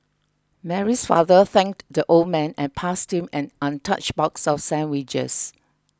Mary's father thanked the old man and passed him an untouched box of sandwiches